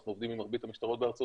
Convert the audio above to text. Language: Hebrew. אנחנו עובדים עם מרבית המשטרות בארה"ב,